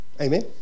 amen